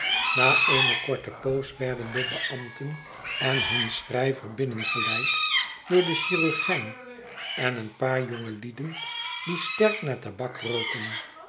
na eenekorte poos werden de beambten en hun schrijver binnengeleid door den chirurgijn en een paarjpngelieden die sterk naar tabak roken